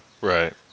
right